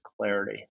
clarity